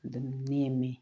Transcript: ꯑꯗꯨꯝ ꯅꯦꯝꯃꯤ